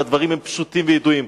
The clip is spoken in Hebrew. והדברים הם פשוטים וידועים,